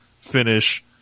finish